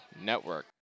Network